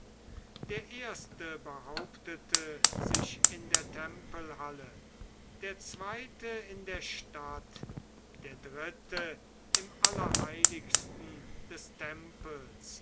der erste behauptete sich in der tempelhalle der zweite in der stadt der dritte im allerheiligsten des tempels